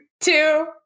two